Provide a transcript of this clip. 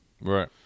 Right